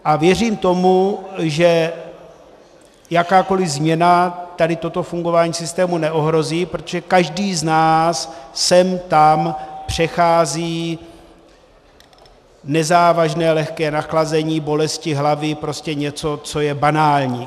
A věřím tomu, že jakákoli změna toto fungování systému neohrozí, protože každý z nás sem tam přechází nezávažné lehké nachlazení, bolesti hlavy, prostě něco, co je banální.